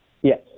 Yes